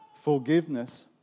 forgiveness